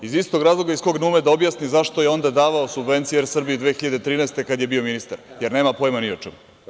Iz istog razloga iz kog ne ume da objasni zašto je onda davao subvencije „Er Srbiji“ 2013. godine, kada je bio ministar - jer nema pojma ni o čemu.